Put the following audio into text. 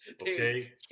Okay